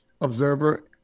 observer